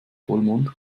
vollmond